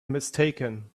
mistaken